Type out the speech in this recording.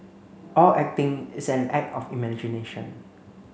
all acting is an act of imagination